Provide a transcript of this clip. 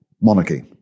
monarchy